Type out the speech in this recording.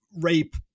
rape